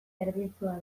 berdintsua